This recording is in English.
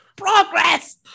Progress